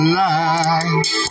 life